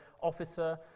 officer